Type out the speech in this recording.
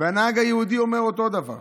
והנהג היהודי אומר אותו דבר.